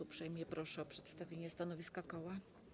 Uprzejmie proszę o przedstawienie stanowiska koła.